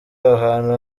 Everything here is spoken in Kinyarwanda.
ahantu